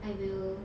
I will